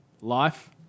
Life